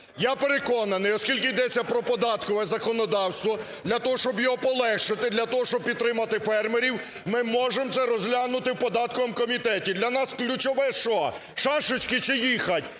Я переконаний, оскільки йдеться про податкове законодавство, для того, щоб його полегшити, для того, щоб підтримати фермерів, ми можемо це розглянути в податковому комітеті. Для нас ключове, що, "шашечки, чи їхати"?